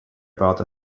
about